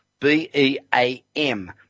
B-E-A-M